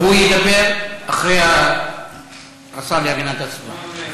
הוא ידבר אחרי השר להגנת הסביבה.